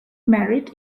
merit